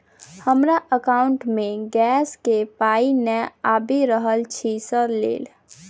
हमरा एकाउंट मे गैस केँ पाई नै आबि रहल छी सँ लेल?